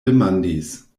demandis